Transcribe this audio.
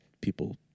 people